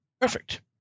Perfect